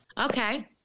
Okay